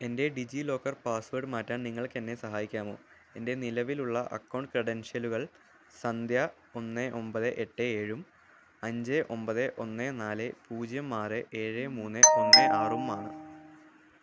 എൻ്റെ DigiLocker password മാറ്റാൻ നിങ്ങൾക്ക് എന്നെ സഹായിക്കാമോ എൻ്റെ നിലവിലുള്ള അക്കൗണ്ട് ക്രിഡൻഷ്യലുകൾ സന്ധ്യ ഒന്ന് ഒമ്പത് എട്ട് ഏഴും അഞ്ച് ഒമ്പത് ഒന്ന് നാല് പൂജ്യം ആറ് ഏഴ് മൂന്ന് ഒന്ന് ആറും ആണ്